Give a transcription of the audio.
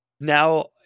now